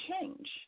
change